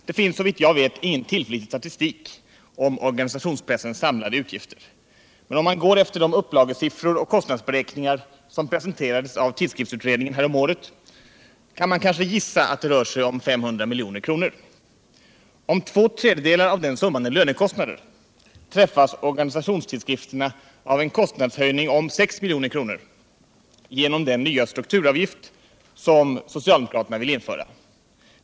Det finns såvitt jag vet ingen tillförlitlig statistik om organisationspressens samlade utgifter, men om man går efter de upplagesiffor och kostnadsberäkningar som presenterades av tidskriftsutredningen häromåret kan man kanske gissa att det rör sig om 500 milj.kr. Om två tredjedelar av den summan är lönekostnader träffas organisationstidskrifterna av en kostnadshöjning om 6 milj.kr. genom den nya strukturavgift som socialdemokraterna vill införa.